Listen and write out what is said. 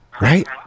right